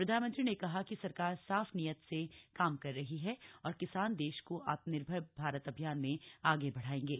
प्रधानमंत्री ने कहा कि सरकार साफ नीयत से काम कर रही है और किसान देश को आत्मनिर्भर भारत अभियान में आगे बढ़ायेंगे